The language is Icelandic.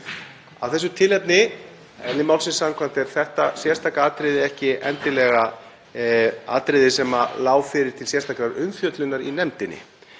Af þessu tilefni, eðli málsins samkvæmt, er þetta sérstaka atriði ekki endilega atriði sem lá fyrir til sérstakrar umfjöllunar í nefndinni,